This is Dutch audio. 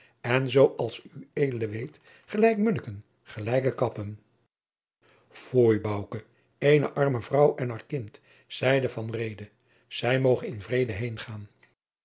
en zoo als ued weet gelijke munniken gelijke kappen foei bouke eene arme vrouw en haar kind zeide van reede zij moge in vrede